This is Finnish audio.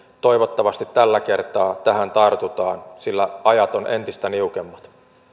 toivottavasti tällä kertaa tähän tartutaan sillä ajat ovat entistä niukemmat